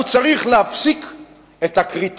מכובדי יושב-ראש